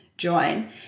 join